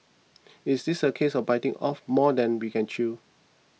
is this a case of biting off more than we can chew